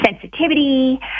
sensitivity